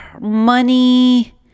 money